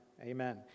Amen